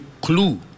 clue